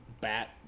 bat